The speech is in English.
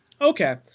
Okay